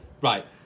Right